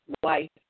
white